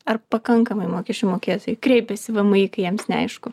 ar pakankamai mokesčių mokėtojai kreipiasi į vmi kai jiems neaišku